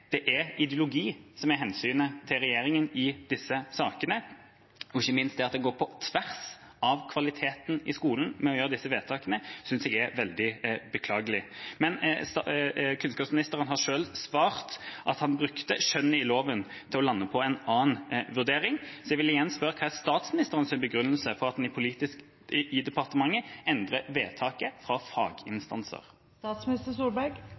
ideologi som er hensynet til regjeringa i disse sakene. Og ikke minst at man med disse vedtakene går på tvers av kvaliteten i skolen, synes jeg er veldig beklagelig. Kunnskapsministeren har selv svart at han brukte skjønnet i loven til å lande på en annen vurdering, så jeg vil igjen spørre: Hva er statsministerens begrunnelse for at man politisk i departementet endrer vedtaket fra faginstanser? Statsminister Solberg!